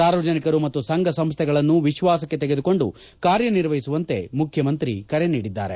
ಸಾರ್ವಜನಿಕರು ಮತ್ತು ಸಂಘಸಂಸ್ಥೆಗಳನ್ನು ವಿಶ್ವಾಸಕ್ಕೆ ತೆಗೆದುಕೊಂಡು ಕಾರ್ಯನಿರ್ವಹಿಸುವಂತೆ ಮುಖ್ಯಮಂತ್ರಿ ಕರೆ ನೀಡಿದ್ದಾರೆ